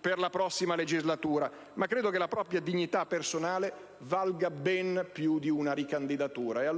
per la prossima legislatura, ma credo che la propria dignità personale valga ben più di una ricandidatura».